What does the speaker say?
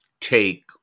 take